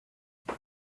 there